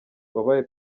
wabaye